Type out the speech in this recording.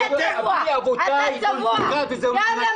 אתה צבוע וגם לך,